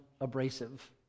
abrasive